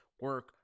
Work